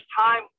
time